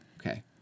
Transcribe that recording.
Okay